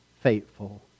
faithful